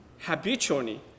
habitually